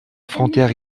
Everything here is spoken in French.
frontière